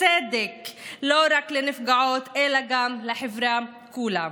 צדק לא רק לנפגעות אלא גם לחברה כולה.